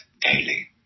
daily